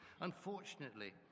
Unfortunately